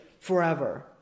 forever